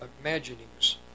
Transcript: imaginings